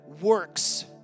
works